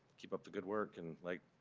keep up the good work. and like